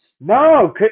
No